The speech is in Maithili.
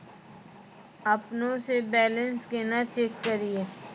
अपनों से बैलेंस केना चेक करियै?